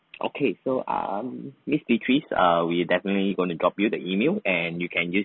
okay so um miss beatrice err we definitely gonna drop you the email and you can use